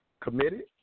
committed